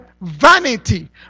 vanity